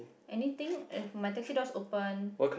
anything uh my taxi door's open